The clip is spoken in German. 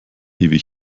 ewig